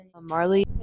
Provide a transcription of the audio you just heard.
marley